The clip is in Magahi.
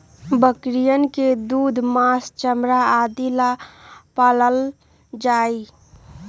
बकरियन के दूध, माँस, चमड़ा आदि ला पाल्ल जाहई